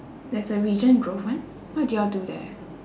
there's a regent grove one what do y'all do there